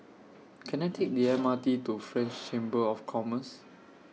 Can I Take The M R T to French Chamber of Commerce